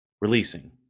Releasing